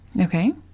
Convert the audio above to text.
Okay